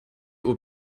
aux